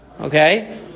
Okay